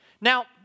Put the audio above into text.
Now